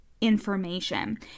information